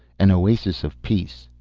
an oasis of peace.